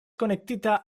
konektita